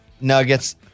nuggets